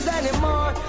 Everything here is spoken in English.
anymore